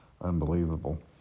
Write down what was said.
unbelievable